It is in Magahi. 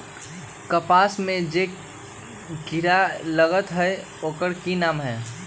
कपास में जे किरा लागत है ओकर कि नाम है?